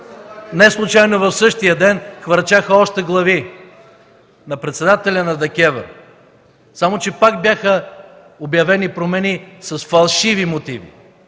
Неслучайно в същия ден хвърчаха още глави – на председателя на ДКЕВР, само че пак бяха обявени промени с фалшиви мотиви.